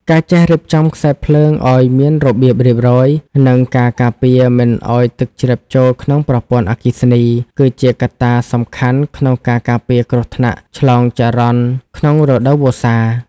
ការចេះរៀបចំខ្សែភ្លើងឱ្យមានរបៀបរៀបរយ និងការការពារមិនឱ្យទឹកជ្រាបចូលក្នុងប្រព័ន្ធអគ្គិសនី គឺជាកត្តាសំខាន់ក្នុងការការពារគ្រោះថ្នាក់ឆ្លងចរន្តក្នុងរដូវវស្សា។